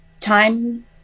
time